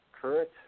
current